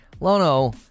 Lono